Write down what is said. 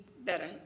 better